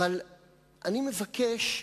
אבל אני מבקש,